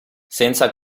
senza